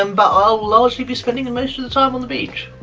um but i'll largely be spending and most of the time on the beach.